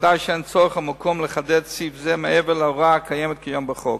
ובוודאי שאין צורך או מקום לחדד סעיף זה מעבר להוראה הקיימת כיום בחוק.